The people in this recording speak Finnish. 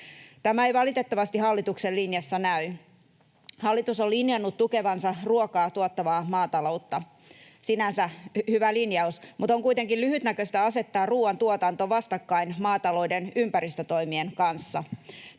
Tämä ei valitettavasti hallituksen linjassa näy. Hallitus on linjannut tukevansa ruokaa tuottavaa maataloutta. Sinänsä hyvä linjaus, mutta on kuitenkin lyhytnäköistä asettaa ruuantuotanto vastakkain maatalouden ympäristötoimien kanssa.